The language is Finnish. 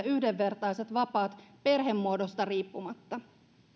yhdenvertaiset vapaat perhemuodosta riippumatta